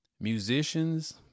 musicians